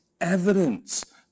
evidence